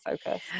focus